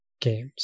games